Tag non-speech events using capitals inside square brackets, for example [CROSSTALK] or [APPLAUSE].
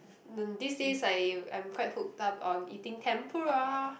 [NOISE] these days I I'm quite hooked up on eating tempura